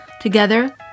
Together